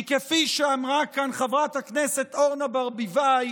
כי כפי שאמרה כאן חברת הכנסת אורנה ברביבאי,